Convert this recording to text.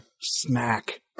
smack